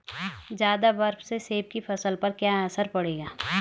ज़्यादा बर्फ से सेब की फसल पर क्या असर पड़ेगा?